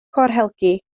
corhelgi